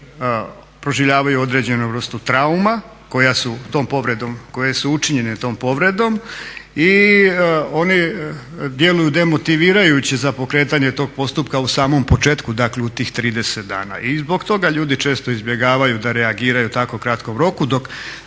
oni proživljavaju određenu vrstu trauma koje su učinjene tom povredom i oni djeluju demotivirajuće za pokretanje tog postupka u samom početku, dakle u tih 30 dana. I zbog toga ljudi često izbjegavaju da reagiraju u tako kratkom roku dok